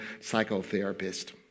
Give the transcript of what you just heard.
psychotherapist